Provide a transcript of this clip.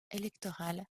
électorales